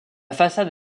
façade